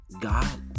God